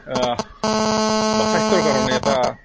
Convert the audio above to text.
বা স্বাস্থ্যৰ কাৰণে এটা